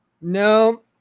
No